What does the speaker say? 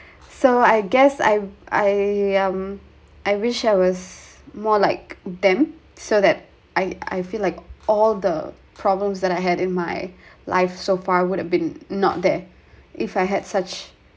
so I guess I I um I wish I was more like them so that I I feel like all the problems that I had in my life so far would have been not there if I had such